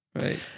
Right